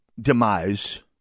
demise